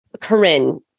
Corinne